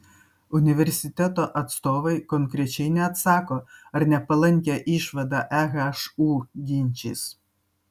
universiteto atstovai konkrečiai neatsako ar nepalankią išvadą ehu ginčys